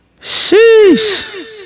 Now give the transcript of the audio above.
Sheesh